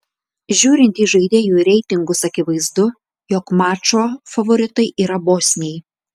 žiūrint į žaidėjų reitingus akivaizdu jog mačo favoritai yra bosniai